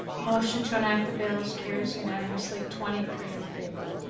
motion to enact the bills carries unanimously, twenty three in favor.